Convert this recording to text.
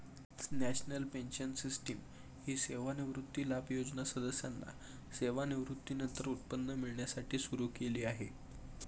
national pension system ही सेवानिवृत्ती लाभ योजना सदस्यांना सेवानिवृत्तीनंतर उत्पन्न मिळण्यासाठी सुरू केली आहे